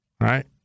Right